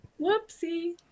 Whoopsie